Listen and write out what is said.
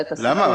למה?